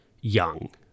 young